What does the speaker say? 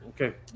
Okay